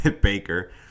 Baker